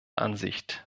ansicht